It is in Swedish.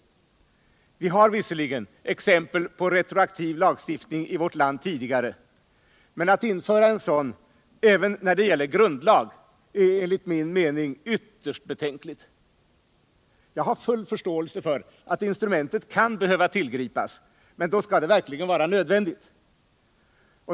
Vi har visserligen exempel på retroaktiv lagstiftning i vårt land tidigare, men att införa en sådan även när det gäller grundlag är enligt min mening ytterligt betänkligt. Jag har full förståelse för att instrumentet kan behöva tillgripas, men då skall det verkligen vara nödvändigt.